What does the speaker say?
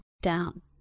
down